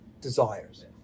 desires